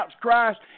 Christ